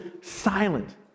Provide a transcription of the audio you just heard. silent